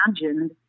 imagined